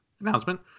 announcement